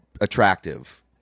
attractive